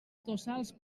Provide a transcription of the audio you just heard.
tossals